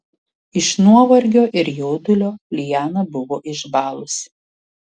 iš nuovargio ir jaudulio liana buvo išbalusi